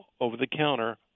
over-the-counter